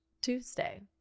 Tuesday